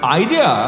idea